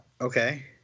Okay